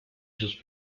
sus